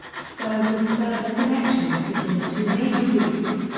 spur routes serve as connections between the two major routes.